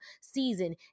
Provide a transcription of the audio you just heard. season